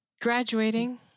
Graduating